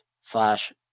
slash